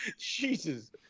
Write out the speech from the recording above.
Jesus